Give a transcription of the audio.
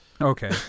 Okay